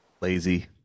Lazy